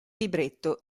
libretto